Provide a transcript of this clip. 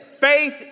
Faith